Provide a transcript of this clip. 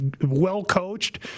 well-coached